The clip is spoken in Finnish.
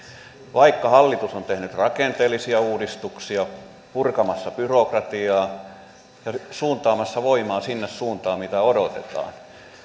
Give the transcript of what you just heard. vaikka hallitus on tehnyt rakenteellisia uudistuksia on purkamassa byrokratiaa ja suuntaamassa voimaa sinne suuntaan minne odotetaan